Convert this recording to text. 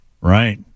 Right